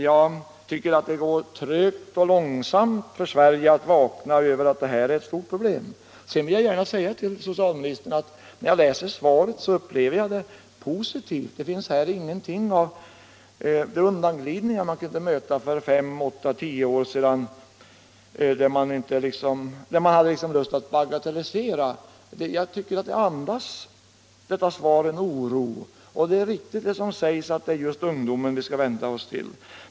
Jag tycker att det går trögt och långsamt för Sverige att vakna till insikt om att detta är ett stort problem. Jag vill gärna säga till socialministern att när jag läser svaret upplever jag det i andan som positivt. Det finns här ingenting av det undanglidande som kunde möta för fem-åtta-tio år sedan då man vanligen bagatelliserade frågan. Svaret andas en oro, och det är riktigt som sägs att det är just ungdomen vi skall vända oss till.